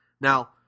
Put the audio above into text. Now